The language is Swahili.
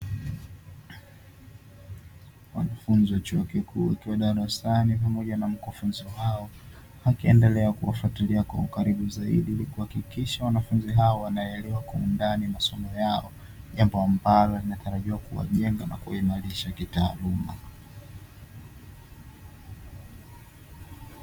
Wanafunzi wa chuo kikuu wakiwa darasani pamoja na mkufunzi wao akiendelea kuwafuatilia kwa ukaribu zaidi ili kuhakikisha wanafunzi hao wanaelewa kwa undani masomo yao, jambo ambalo linatarajiwa kuwajenga na kuwaimarisha kitaaluma.